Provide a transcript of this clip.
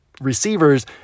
receivers